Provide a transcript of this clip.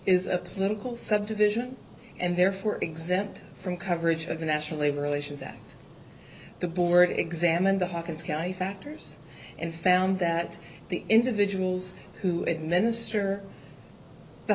is a political subdivision and therefore exempt from coverage of the national labor relations act the board examined the hopkins county factors and found that the individuals who administer the